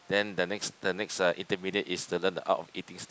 then the next the next lah is the learn the art of eating snake